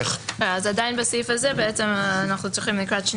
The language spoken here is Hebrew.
עדיין בסעיף הזה אנחנו צריכים לקראת הקריאה